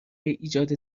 ایجاد